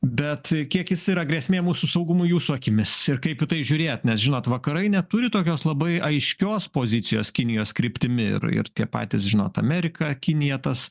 bet kiek jis yra grėsmė mūsų saugumui jūsų akimis ir kaip į tai žiūrėt nes žinot vakarai neturi tokios labai aiškios pozicijos kinijos kryptimi ir tie patys žinot amerika kinija tas